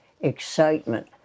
excitement